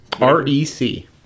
R-E-C